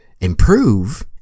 improve